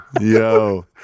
Yo